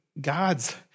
God's